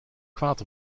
kwaad